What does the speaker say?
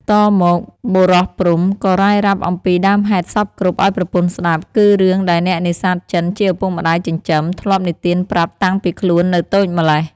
តមក បុរសព្រហ្ម ក៏រ៉ាយរ៉ាប់អំពីដើមហេតុសព្វគ្រប់ឱ្យប្រពន្ធស្តាប់គឺរឿងដែលអ្នកនេសាទចិនជាឪពុកម្តាយចិញ្ចឹម ធ្លាប់និទានប្រាប់តាំងពីខ្លួននៅតូចម្ល៉េះ។